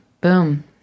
Boom